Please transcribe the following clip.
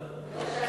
אז אין הדרה,